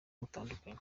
butandukanye